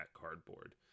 cardboard